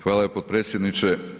Hvala potpredsjedniče.